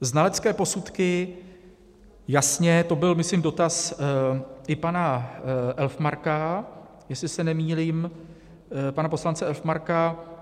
Znalecké posudky, jasně, to byl, myslím, dotaz i pana Elfmarka, jestli se nemýlím, pana poslance Elfmarka.